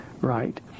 Right